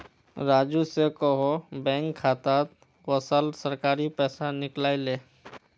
राजू स कोहो बैंक खातात वसाल सरकारी पैसा निकलई ले